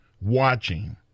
watching